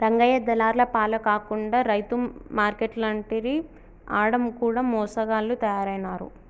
రంగయ్య దళార్ల పాల కాకుండా రైతు మార్కేట్లంటిరి ఆడ కూడ మోసగాళ్ల తయారైనారు